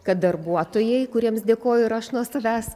kad darbuotojai kuriems dėkoju ir aš nuo savęs